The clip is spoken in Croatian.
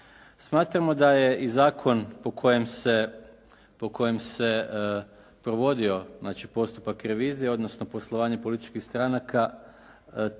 Smatramo da je i zakon po kojem se provodio postupak revizije, odnosno poslovanje političkih stranaka